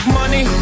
money